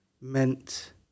meant